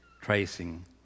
tracing